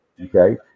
Okay